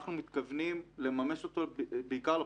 ואנחנו מתכוונים לממש אותו בעיקר לפוסט-טראומה.